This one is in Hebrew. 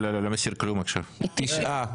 תשעה.